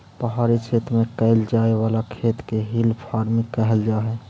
पहाड़ी क्षेत्र में कैइल जाए वाला खेत के हिल फार्मिंग कहल जा हई